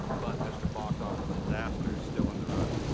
but mr. box office disaster is still in the running.